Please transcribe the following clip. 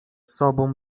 sobą